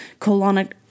colonic